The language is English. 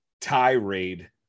tirade